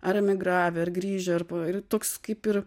ar emigravę ar grįžę ir toks kaip ir